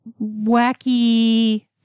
wacky